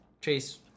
Chase